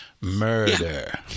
murder